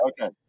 okay